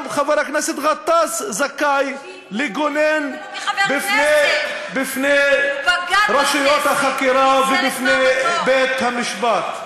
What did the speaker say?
שגם חבר הכנסת גטאס זכאי להתגונן בפני רשויות החקירה ובפני בית-המשפט.